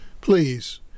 please